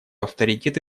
авторитет